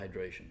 hydration